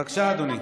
בבקשה, אדוני.